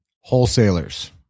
Wholesalers